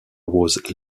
was